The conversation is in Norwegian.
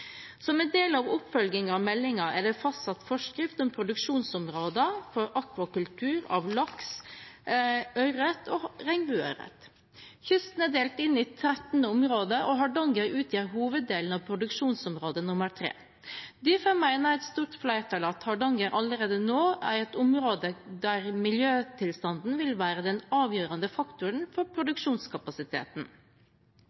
Som en del av oppfølgingen av meldingen er det fastsatt forskrift om produksjonsområder for akvakultur av laks, ørret og regnbueørret. Kysten er delt inn i 13 områder, og Hardanger utgjør hoveddelen av produksjonsområde 3. Derfor mener et stort flertall at Hardanger allerede nå er et område der miljøtilstanden vil være den avgjørende faktoren for